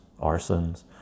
arsons